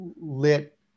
lit